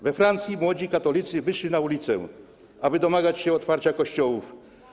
We Francji młodzi katolicy wyszli na ulice, aby domagać się otwarcia kościołów.